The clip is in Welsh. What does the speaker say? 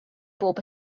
bob